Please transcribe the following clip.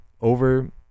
over